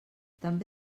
també